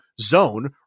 zone